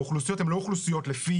האוכלוסיות הן לא לפי